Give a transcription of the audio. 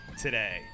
today